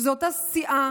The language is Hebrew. זאת אותה סיעה